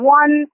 one